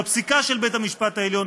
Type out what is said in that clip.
בפסיקה של בית המשפט העליון,